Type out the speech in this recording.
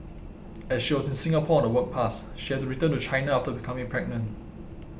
as she was in Singapore on a work pass she had to return to China after becoming pregnant